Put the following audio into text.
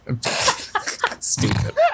Stupid